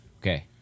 okay